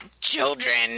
children